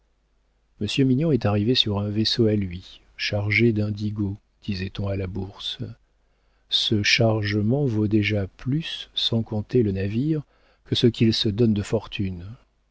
mignon est arrivé sur un vaisseau à lui chargé d'indigo disait-on à la bourse ce chargement vaut déjà plus sans compter le navire que ce qu'il se donne de fortune